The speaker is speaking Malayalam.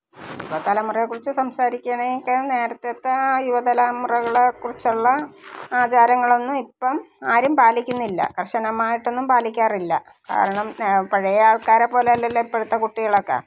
യുവ തലമുറയെ കുറിച്ച് സംസാരിക്കുവാണെങ്കിൽ നേരത്തത്തെ യുവ തലമുറകളെ കുറിച്ചുള്ള ആചാരങ്ങളൊന്നും ഇപ്പം ആരും പാലിക്കുന്നില്ല കർശനമായിട്ടൊന്നും പാലിക്കാറില്ല കാരണം പഴയ ആൾക്കാരെ പോലല്ലല്ലൊ ഇപ്പോഴത്തെ കുട്ടികളൊക്കെ